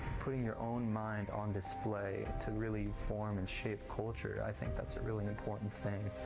putting your own mind on display to really form and shape culture, i think that's a really important thing.